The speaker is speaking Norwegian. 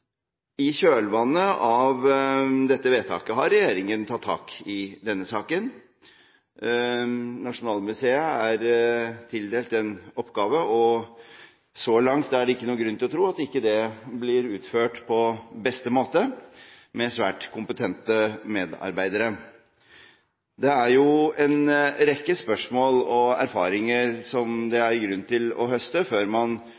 I kjølvannet av dette vedtaket har regjeringen tatt tak i denne saken. Nasjonalmuseet er tildelt en oppgave, og så langt er det ingen grunn til å tro at det ikke blir utført på beste måte med svært kompetente medarbeidere. Det er en rekke spørsmål som må besvares og erfaringer som det er grunn til å høste før man